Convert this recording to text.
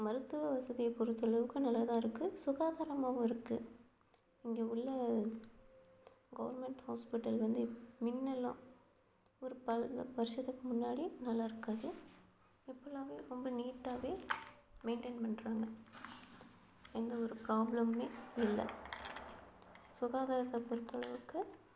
மருத்துவ வசதியை பொறுத்த அளவுக்கு நல்லா தான் இருக்குது சுகாதாரமாகவும் இருக்குது இங்கே உள்ள கவுர்மெண்ட் ஹாஸ்பிடல் வந்து முன்னெல்லாம் ஒரு பல வருஷத்துக்கு முன்னாடி நல்லா இருக்காது இப்போல்லாமே ரொம்ப நீட்டாக மெயின்டேன் பண்ணுறாங்க எந்த ஒரு பிராப்ளமும் இல்லை சுகாதாரத்தை பொறுத்த அளவுக்கு